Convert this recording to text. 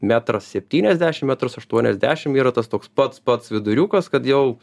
metras septyniasdešim metras aštuoniasdešim yra tas toks pats pats viduriukas kad jau